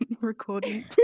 recording